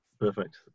Perfect